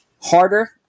harder